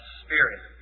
spirit